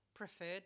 preferred